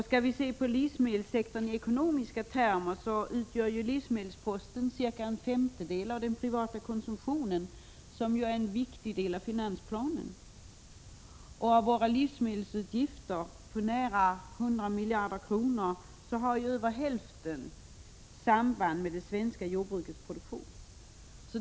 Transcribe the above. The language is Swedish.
Ser vi på livsmedelssektorn från ekonomisk synpunkt finner vi att livsmedelsposten utgör cirka en femtedel av den privata konsumtionen, som ju är en viktig del av finansplanen. Av våra livsmedelsutgifter på nära 100 miljarder kronor har över hälften samband med det svenska jordbrukets produktion.